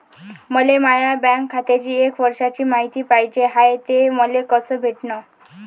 मले माया बँक खात्याची एक वर्षाची मायती पाहिजे हाय, ते मले कसी भेटनं?